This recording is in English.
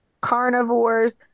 carnivores